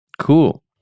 cool